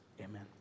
amen